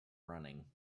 running